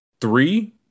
three